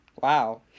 Wow